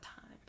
time